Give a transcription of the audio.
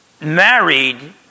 married